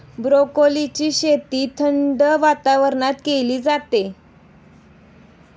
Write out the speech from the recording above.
ब्रोकोलीची शेती थंड वातावरणात केली जाते